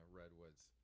redwoods